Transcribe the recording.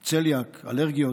צליאק, אלרגיות.